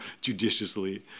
judiciously